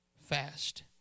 fast